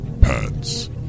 pants